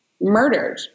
murdered